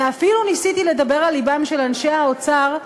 ואפילו ניסיתי לדבר על לבם של אנשי האוצר,